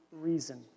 reason